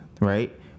right